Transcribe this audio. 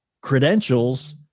credentials